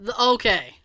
Okay